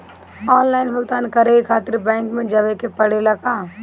Online भुगतान करे के खातिर बैंक मे जवे के पड़ेला का?